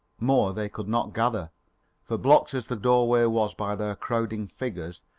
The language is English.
more they could not gather for blocked as the doorway was by their crowding figures,